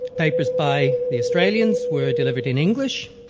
papers by the australians were delivered in english,